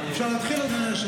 מתי שנוח להם.